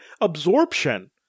absorption